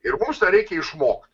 ir mums tą reikia išmokt